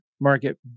market